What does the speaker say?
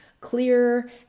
clear